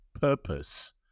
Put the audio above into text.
purpose